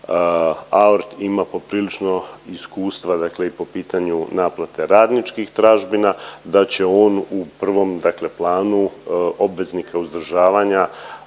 AORT ima poprilično iskustva dakle i po pitanju naplate radničkih tražbina da će on u prvom planu obveznika uzdržavanja